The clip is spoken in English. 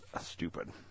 stupid